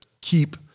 keep